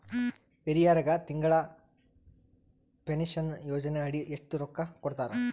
ಹಿರಿಯರಗ ತಿಂಗಳ ಪೀನಷನಯೋಜನ ಅಡಿ ಎಷ್ಟ ರೊಕ್ಕ ಕೊಡತಾರ?